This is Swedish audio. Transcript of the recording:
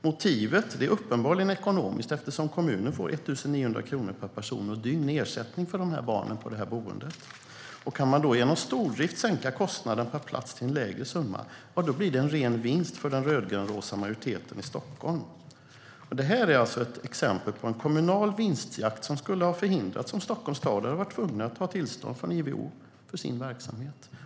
Motivet är uppenbarligen ekonomiskt, eftersom kommunen får 1 900 kronor per person och dygn i ersättning för barnen på boendet. Om kommunen med hjälp av stordrift sänker kostnaden per plats till en lägre summa blir det en ren vinst för den röd-grön-rosa majoriteten i Stockholm. Det är ett exempel på en kommunal vinstjakt som skulle ha förhindrats om Stockholms stad hade varit tvungen att få tillstånd från Ivo för sin verksamhet.